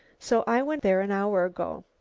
so i went there an hour ago.